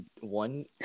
one